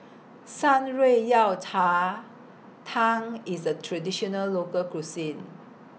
Shan Rui Yao Cha Tang IS A Traditional Local Cuisine